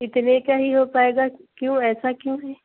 اتنے کا ہی ہو پائے گا کیوں ایسا کیوں ہے